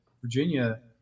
Virginia